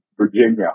Virginia